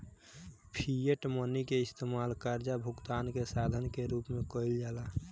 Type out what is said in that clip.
fiat money के इस्तमाल कर्जा भुगतान के साधन के रूप में कईल जाला